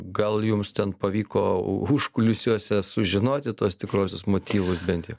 gal jums ten pavyko užkulisiuose sužinoti tuos tikruosius motyvus bent jau